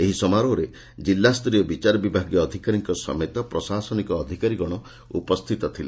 ଏହି ସମାରୋହରେ କିଲ୍ଲାସ୍ତରୀୟ ବିଚାରବିଭାଗୀୟ ଅଧିକାରୀଙ୍କ ସମେତ ପ୍ରଶାସନିକ ଅଧିକାରୀଗଣ ଉପସ୍ରିତ ଥିଲେ